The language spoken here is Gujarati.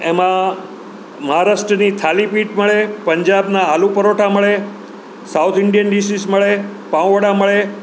એમાં મહારાષ્ટ્રની થાળી બી મળે પંજાબના આલુ પરોઠા મળે સાઉથ ઇન્ડિયન ડીસિસ મળે પાઉ વડા મળે